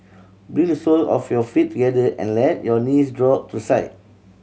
bring the sole of your feet together and let your knees drop to side